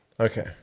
Okay